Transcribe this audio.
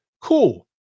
cool